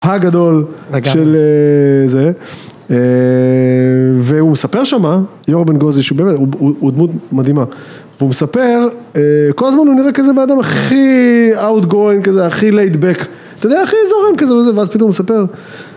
הגדול, של זה, והוא מספר שמה, ליאור בן גוזי, שהוא באמת, הוא דמות מדהימה, והוא מספר, כל הזמן הוא נראה כזה בן אדם הכי Outgrowing כזה, הכי Laid Back, אתה יודע, הכי זורם כזה, ואז פתאום הוא מספר.